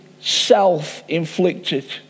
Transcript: self-inflicted